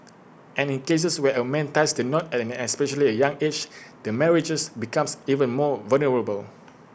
and in cases where A man ties the knot at an especially young age the marriages becomes even more vulnerable